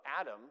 Adam